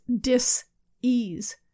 dis-ease